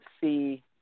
see